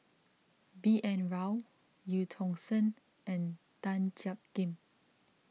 B N Rao Eu Tong Sen and Tan Jiak Kim